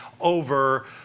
over